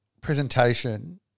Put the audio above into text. presentation